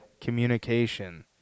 Communication